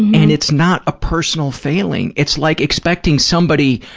and it's not a personal failing. it's like expecting somebody,